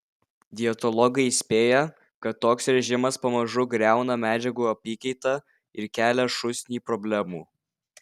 dietologai įspėja kad toks režimas pamažu griauna medžiagų apykaitą ir kelią šūsnį problemų